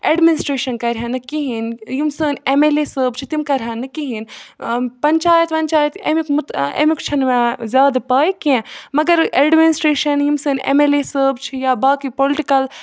administration کَرِہا نہٕ کِہیٖنۍ یِم سٲنۍ ایم ایل اے صٲب چھِ تِم کَرِہن نہٕ کِہیٖنۍ پَنچایَت وَنچایت اَمیُک مُت اَمیُک چھَنہٕ مےٚ زیادٕ پاے کینٛہہ مگر اٮ۪ڈمِنِسٹرٛیشَن یِم سٲنۍ ایم اٮ۪ل اے صٲب چھِ یا باقٕے پُلٹِکَل